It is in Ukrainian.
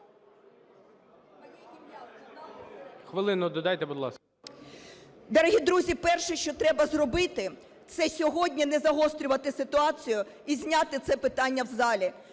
Дорогі друзі, перше, що треба зробити – це сьогодні не загострювати ситуацію і зняти це питання в залі,